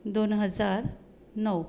दोन हजार णव